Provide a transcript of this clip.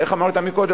איך אמרת קודם?